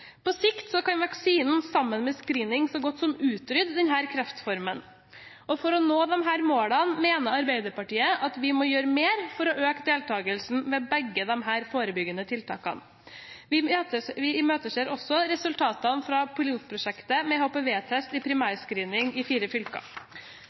På sikt kan vaksinen sammen med screening så godt som utrydde denne kreftformen, og for å nå disse målene mener Arbeiderpartiet at vi må gjøre mer for å øke deltakelsen ved begge disse forebyggende tiltakene. Vi imøteser også resultatene fra pilotprosjektet med HPV-test i primærscreening i fire fylker.